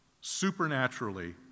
supernaturally